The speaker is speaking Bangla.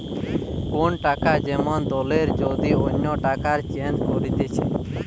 কোন টাকা যেমন দলের যদি অন্য টাকায় চেঞ্জ করতিছে